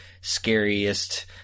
scariest